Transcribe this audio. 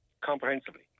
comprehensively